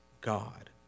God